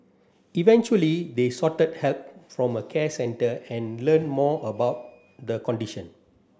eventually they help from a care centre and learn more about the condition